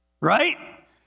Right